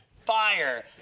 fire